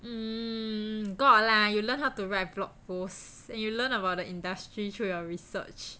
mm got lah you learn how to write blog post you learn about the industry through your research